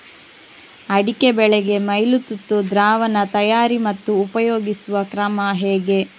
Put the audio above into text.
ಅಡಿಕೆ ಬೆಳೆಗೆ ಮೈಲುತುತ್ತು ದ್ರಾವಣ ತಯಾರಿ ಮತ್ತು ಉಪಯೋಗಿಸುವ ಕ್ರಮ ಹೇಗೆ?